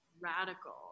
radical